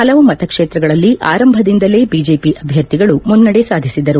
ಹಲವು ಮತಕ್ಷೇತ್ರಗಳಲ್ಲಿ ಆರಂಭದಿಂದಲೇ ಬಿಜೆಪಿ ಅಭ್ಯರ್ಥಿಗಳು ಮುನ್ನಡೆ ಸಾಧಿಸಿದರು